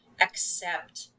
accept